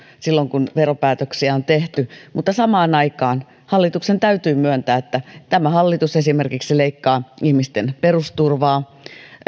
silloin kun veropäätöksiä on tehty mutta samaan aikaan hallituksen täytyy myöntää että tämä hallitus esimerkiksi leikkaa ihmisten perusturvaa